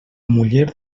muller